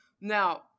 Now